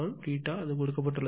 θ அது கொடுக்கப்பட்டுள்ளது